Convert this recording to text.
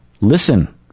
listen